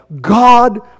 God